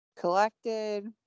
collected